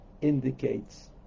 indicates